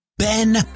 Ben